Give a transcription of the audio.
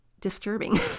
disturbing